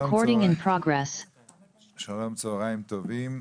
שלום, צוהריים טובים.